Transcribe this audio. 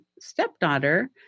stepdaughter